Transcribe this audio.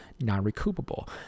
non-recoupable